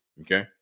okay